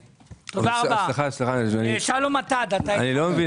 סליחה, אני לא מבין